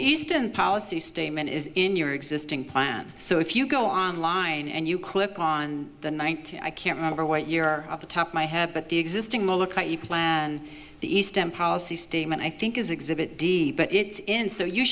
eastern policy statement is in your existing plan so if you go online and you click on the ninety i can't remember what your off the top of my head but the existing and the eastern policy statement i think is exhibit d but it's in so you